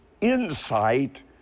insight